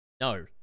No